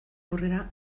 aurrera